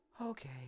Okay